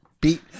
beat